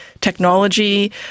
technology